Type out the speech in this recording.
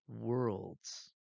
worlds